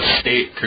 state